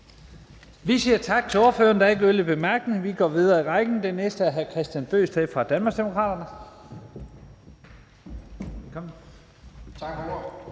Vi siger tak til ordføreren. Der er ikke yderligere korte bemærkninger. Vi går videre i rækken, og den næste er hr. Kristian Bøgsted fra Danmarksdemokraterne.